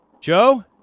Joe